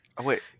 wait